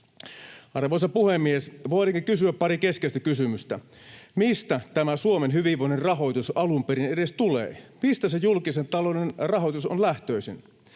Arvoisa puhemies! Voidaankin kysyä pari keskeistä kysymystä: Mistä Suomen hyvinvoinnin rahoitus alun perin edes tulee? Mistä se julkisen talouden rahoitus on lähtöisin?